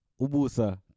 Ubusa